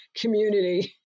community